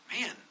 man